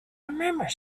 remember